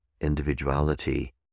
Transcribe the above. individuality